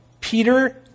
Peter